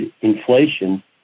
inflation